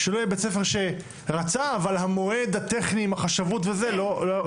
שלא יהיה בית ספר שרצה אבל המועד הטכני עם החשבות וזה לא הסתדר.